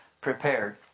prepared